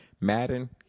Madden